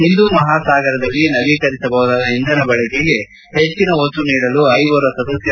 ಹಿಂದೂ ಮಹಾಸಾಗರದಲ್ಲಿ ನವೀಕರಿಸಬಹುದಾದ ಇಂಧನ ಬಳಕೆಗೆ ಹೆಚ್ಚಿನ ಒತ್ತು ನೀಡಲು ಐಓರಾ ಸದಸ್ನ